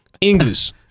english